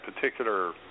particular